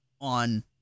on